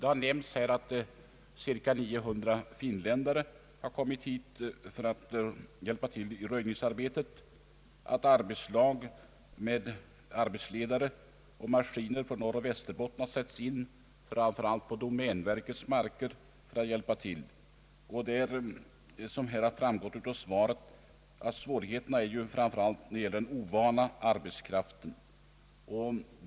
Det har nämnts att cirka 900 finländare kommit hit för att hjälpa till med röjningsarbetet och att arbetslag med arbetsledare och maskiner från Norroch Västerbotten har satts in, framför allt på domänverkets marker, för att hjälpa till. Såsom framgår av svaret gäller svårigheterna framför allt den ovana arbetskraften.